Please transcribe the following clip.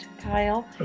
Kyle